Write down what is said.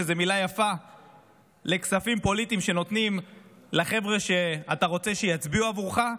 מילה יפה לכספים פוליטיים שנותנים לחבר'ה שאתה רוצה שיצביעו עבורך,